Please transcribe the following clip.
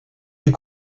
est